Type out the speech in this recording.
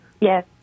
yes